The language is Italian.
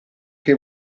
che